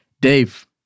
Dave—